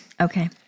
Okay